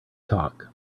talk